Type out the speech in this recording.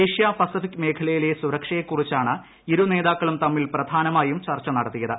Asia Pacific മേഖലയിലെ സുരക്ഷയെ കുറിച്ചാണ് ഇരു നേതാക്കളും തമ്മിൽ പ്രധാനമായും ചർച്ച നടത്തിയത്